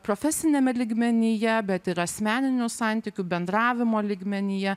profesiniame lygmenyje bet ir asmeninių santykių bendravimo lygmenyje